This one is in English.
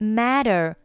matter